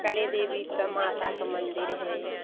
कड़े देवी का माता का मंदिर है